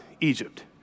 Egypt